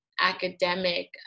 academic